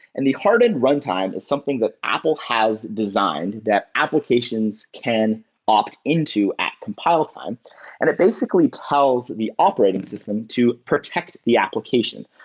and the hardened runtime something that apple has designed that applications can opt into at compile time and it basically tells the operating system to protect the application.